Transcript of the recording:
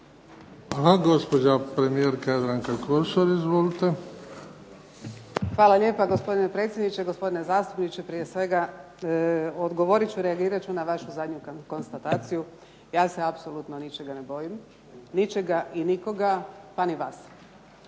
Hvala. Gospođa premijerka Jadranka Kosor. Izvolite. **Kosor, Jadranka (HDZ)** Hvala lijepa gospodine predsjedniče, gospodine zastupniče, prije svega odgovorit ću reagirat ću na vašu zadnju konstataciju, ja se ničega ne bojim, ničega i nikoga pa ni vas.